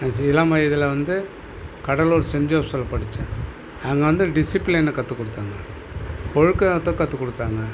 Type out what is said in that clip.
இளம் வயதில் வந்து கடலூர் சென்ஜோஷப்ல படிச்சேன் அங்கே வந்து டிசிப்ளினை கற்றுக்குடுத்தாங்க ஒழுக்கத்தை கற்றுக்குடுத்தாங்க